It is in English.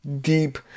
deep